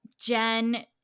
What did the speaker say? Jen